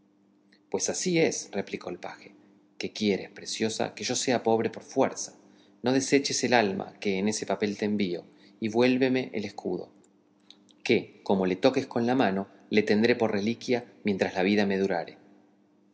pues así es replicó el paje que quieres preciosa que yo sea pobre por fuerza no deseches el alma que en ese papel te envío y vuélveme el escudo que como le toques con la mano le tendré por reliquia mientras la vida me durare